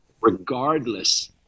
regardless